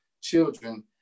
children